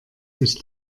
sich